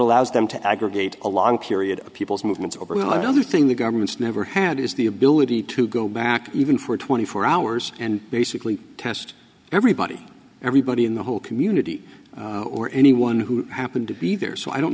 allows them to aggregate a long period of people's movements over that other thing the government's never had is the ability to go back even for twenty four hours and basically test everybody everybody in the whole community or anyone who happened to be there so i don't